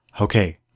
Okay